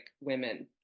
women